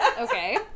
Okay